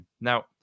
Now